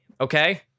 okay